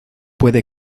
puede